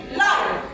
life